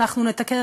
אנחנו נתקן,